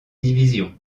division